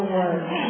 words